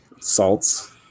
salts